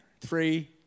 Three